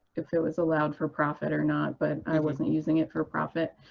if it was allowed for profit or not, but i wasn't using it for profit.